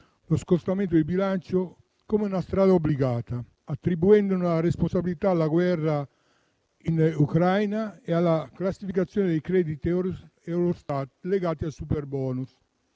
lo scostamento di bilancio come una strada obbligata, attribuendone la responsabilità alla guerra in Ucraina e alla classificazione dei crediti Eurostat legati al superbonus.